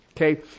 Okay